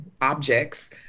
objects